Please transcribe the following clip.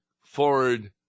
forward